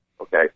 Okay